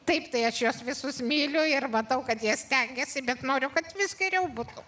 taip tai aš juos visus myliu ir matau kad jie stengiasi bet noriu kad vis geriau būtų